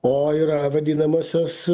o yra vadinamosios